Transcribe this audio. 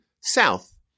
south